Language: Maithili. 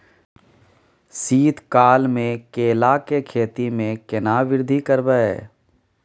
शीत काल मे केला के खेती में केना वृद्धि करबै?